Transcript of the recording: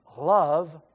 love